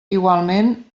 igualment